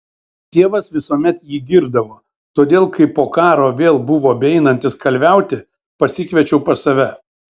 tėvas visuomet jį girdavo todėl kai po karo vėl buvo beeinantis kalviauti pasikviečiau pas save